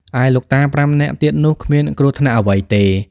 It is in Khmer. ឯលោកតា៥នាក់ទៀតនោះ គ្មានគ្រោះថ្នាក់អ្វីទេ។